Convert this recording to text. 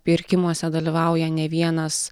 pirkimuose dalyvauja ne vienas